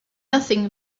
nothing